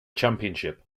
championship